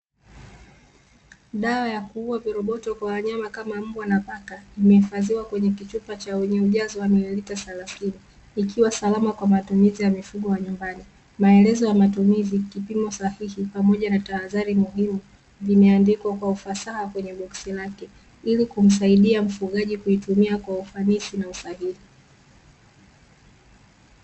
Dawa ya kuua viroboto kwa wanyama kama mbwa na paka, imehifadhiwa kwenye kichupa chenye ujazo wa mililita thelathini, ikiwa salama kwa matumizi ya mifugo ya nyumbani. Maelezo ya matumizi, kipimo sahihi pamoja na tahadhari muhimu, vimeandikwa kwa ufasaha kwenye boksi lake ili kumsaidia mfugaji kuitumia kwa ufanisi na usahihi.